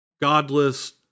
godless